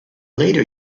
later